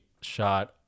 shot